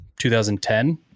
2010